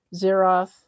Xeroth